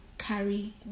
carry